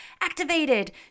activated